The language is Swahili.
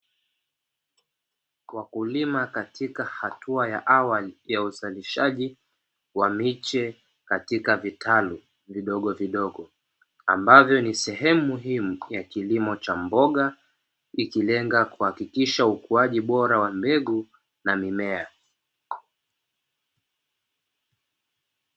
Wakulima katika hatua ya awali ya uzalishaji wa miche katika vitalu vidogovidogo, ambavyo ni sehemu muhimu ya kilimo cha mboga, ikilenga kuhakikisha ukuaji bora wa mbegu na mimea.